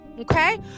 okay